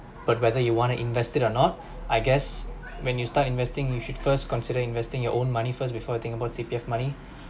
but whether you want to invest it or not I guess when you start investing you should first consider investing your own money first before you think about C_P_F money